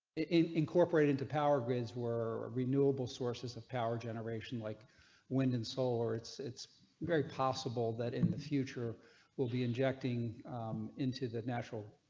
incorporate into power grids were renewable sources of power generation like wind and solar, it's it's very possible that in the future will be injecting into the natural.